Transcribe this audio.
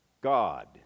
God